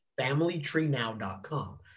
Familytreenow.com